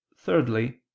thirdly